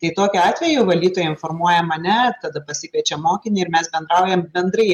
tai tokiu atveju valytoja informuoja mane tada pasikviečiam mokinį ir mes bendraujam bendrai